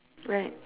right